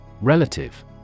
Relative